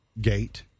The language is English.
gate